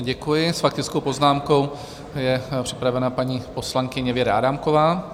Děkuji, s faktickou poznámkou je připravena paní poslankyně Věra Adámková.